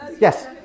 Yes